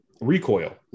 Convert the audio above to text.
recoil